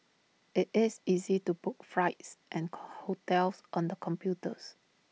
IT is easy to book flights and hotels on the computers